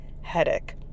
headache